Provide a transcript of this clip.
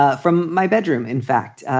ah from my bedroom. in fact,